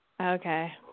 Okay